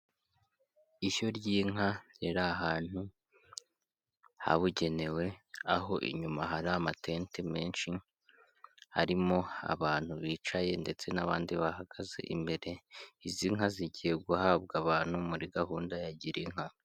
Ishyo ry'inka riri ahantu habugenewe aho inyuma hari amatente menshi, harimo abantu bicaye ndetse n'abandi bahagaze imbere, izi nka zigiye guhabwa abantu muri gahunda ya gira inka.